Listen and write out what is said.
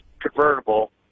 convertible